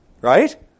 Right